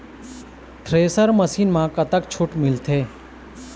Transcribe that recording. Thresher machine म कतक छूट मिलथे?